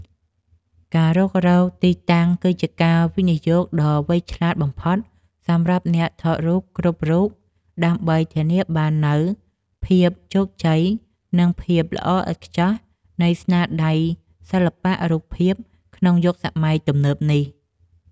ការរុករកទីតាំងគឺជាការវិនិយោគដ៏វៃឆ្លាតបំផុតសម្រាប់អ្នកថតរូបគ្រប់រូប ដើម្បីធានាបាននូវ ភាពជោគជ័យ និងភាពល្អឥតខ្ចោះ នៃស្នាដៃសិល្បៈរូបភាពក្នុងយុគសម័យទំនើបនេះ។